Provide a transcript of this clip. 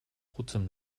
rotem